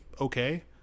okay